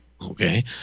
Okay